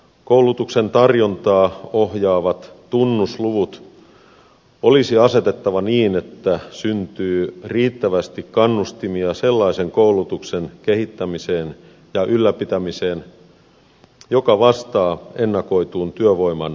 koulutuksen tarjontaa ohjaavat tunnusluvut olisi asetettava niin että syntyy riittävästi kannustimia sellaisen koulutuksen kehittämiseen ja ylläpitämiseen joka vastaa ennakoituun työvoiman kysyntään